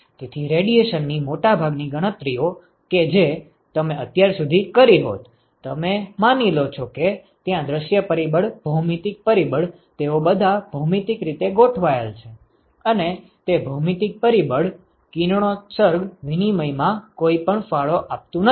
તેથી રેડિયેશન ની મોટાભાગની ગણતરીઓ કે જે તમે અત્યાર સુધી કરી હોત તમે માની લો છો કે ત્યાં દૃશ્ય પરિબળ ભૌમિતિક પરિબળ તેઓ બધા ભૌમિતિક રીતે ગોઠવાયેલ છે અને તે ભૌમિતિક પરિબળ કિરણોત્સર્ગ વિનિમય માં કંઇપણ ફાળો આપતું નથી